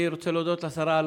אני רוצה להודות לשרה,